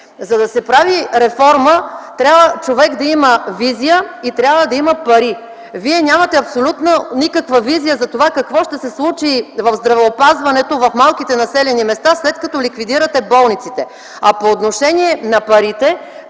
За да се прави реформа, човек трябва да има визия и пари. Вие нямате абсолютно никаква визия какво ще се случи в здравеопазването в малките населени места, след като ликвидирате болниците. А по отношение на парите,